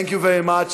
Thank you very much,